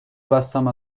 بستم